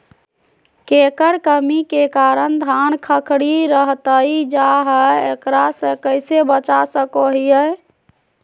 केकर कमी के कारण धान खखड़ी रहतई जा है, एकरा से कैसे बचा सको हियय?